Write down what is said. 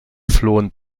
flohen